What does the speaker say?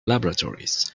laboratories